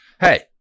Hey